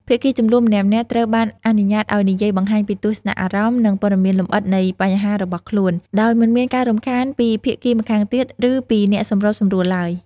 ភាគីជម្លោះម្នាក់ៗត្រូវបានអនុញ្ញាតឲ្យនិយាយបង្ហាញពីទស្សនៈ អារម្មណ៍ និងព័ត៌មានលម្អិតនៃបញ្ហារបស់ខ្លួន ដោយមិនមានការរំខានពីភាគីម្ខាងទៀត ឬពីអ្នកសម្របសម្រួលឡើយ។